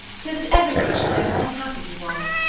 so that every one should know how unhappy he was.